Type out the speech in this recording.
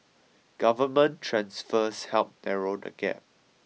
government transfers help narrow the gap